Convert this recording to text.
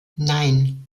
nein